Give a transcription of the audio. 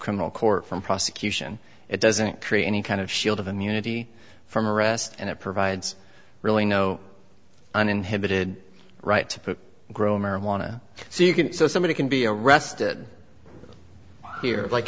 criminal court from prosecution it doesn't create any kind of shield of immunity from arrest and it provides really no uninhibited right to grow marijuana so you can so somebody can be arrested here like